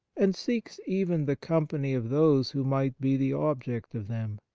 and seeks even the company of those who might be the object of them.